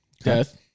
death